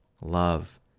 love